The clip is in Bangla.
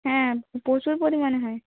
হ্যাঁ প্রচুর পরিমাণে হয়